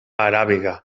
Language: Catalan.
aràbiga